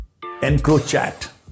EncroChat